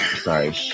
Sorry